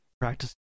practice